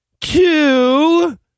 two